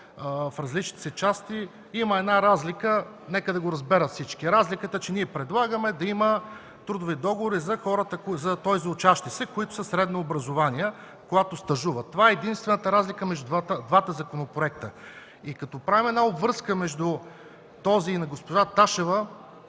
в различните си части. Има една разлика – нека да го разберат всички, че ние предлагаме да има трудови договори за учащите се, които са със средно образование, когато стажуват. Това е единствената разлика между двата проекта. Като правим връзка между този и на госпожа Ташева,